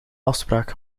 afspraak